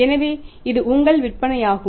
எனவே இது உங்கள் விற்பனையாகும்